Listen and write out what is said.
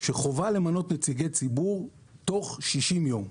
למנות נציגי ציבור תוך 60 ימים.